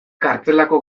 kartzelako